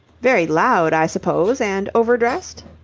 very loud, i suppose, and overdressed?